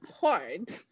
hard